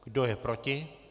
Kdo je proti?